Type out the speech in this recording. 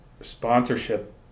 sponsorship